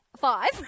Five